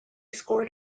scored